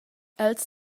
els